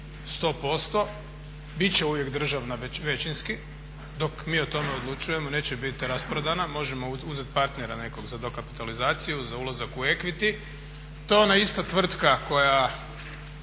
posto, bit će uvijek državna većinski. Dok mi o tome odlučujemo neće biti rasprodana, možemo uzeti partnera nekog za dokapitalizaciju, za ulazak u equity. To je ona ista tvrtka koja